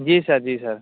جی sir جی سر